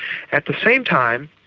at the same time,